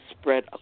spread